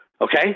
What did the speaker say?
Okay